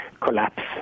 collapse